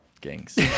Gangs